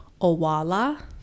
owala